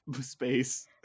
space